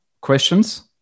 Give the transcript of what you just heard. questions